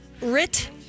Rit